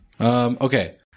Okay